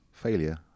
failure